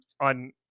on